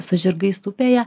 su žirgais upėje